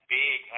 big